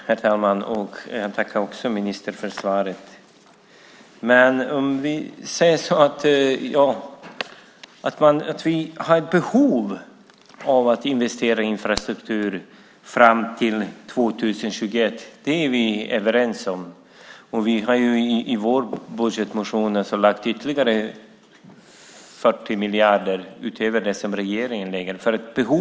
Herr talman! Jag tackar ministern för svaret. Vi har behov av att investera i infrastruktur fram till 2021. Det är vi överens om. Vi har i vår budgetmotion lagt ytterligare 40 miljarder utöver det som regeringen lägger.